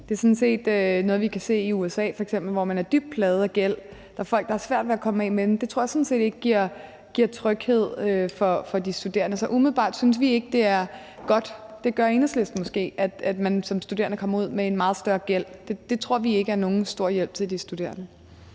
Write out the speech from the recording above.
Det er sådan set noget, vi kan se i f.eks. USA, hvor man er dybt plaget af gæld og der er folk, der har svært ved at komme af med den. Det tror jeg sådan set ikke giver tryghed for de studerende. Så umiddelbart synes vi ikke, det er godt, men det gør Enhedslisten måske, at man som studerende kommer ud med en meget større gæld. Det tror vi ikke er nogen stor hjælp til de studerende.